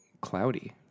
cloudy